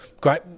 great